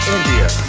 India